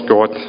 God